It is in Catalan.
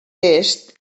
est